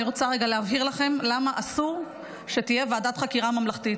אני רוצה רגע להבהיר לכם למה אסור שתהיה ועדת חקירה ממלכתית.